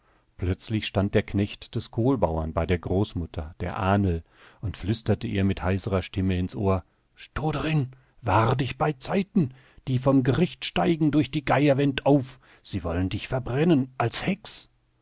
plötzlich stand der knecht des kohlbauern bei der großmutter der ahnl und flüsterte ihr mit heiserer stimme ins ohr stoderin wahr dich beizeiten die vom gericht steigen durch die geierwänd auf sie wollen dich verbrennen als hex